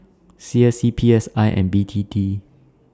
C S C P S I and B T T